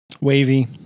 Wavy